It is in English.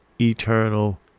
eternal